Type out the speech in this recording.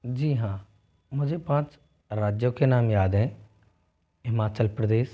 जी हाँ मुझे पाँच राज्यों के नाम याद हैं हिमाचल प्रदेश